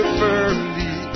firmly